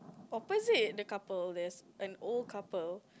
opposite the couple there's an old couple